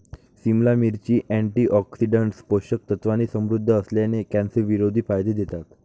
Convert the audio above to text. सिमला मिरची, अँटीऑक्सिडंट्स, पोषक तत्वांनी समृद्ध असल्याने, कॅन्सरविरोधी फायदे देतात